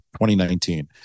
2019